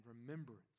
remembrance